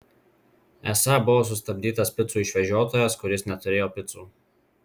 esą buvo sustabdytas picų išvežiotojas kuris neturėjo picų